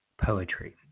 poetry